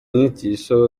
nyigisho